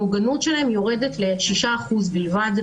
המוגנות שלהם יורדת ל-6% בלבד,